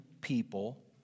people